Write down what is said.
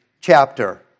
chapter